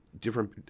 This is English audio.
different